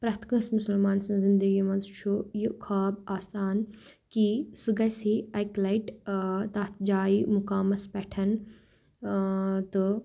پرٛٮ۪تھ کٲنٛسہِ مُسلمان سٕنٛز زِنٛدَگی منٛز چھُ یہِ خاب آسان کہِ سُہ گَژھی اَکہِ لَٹہِ تَتھ جایہِ مُقامَس پؠٹھ تہٕ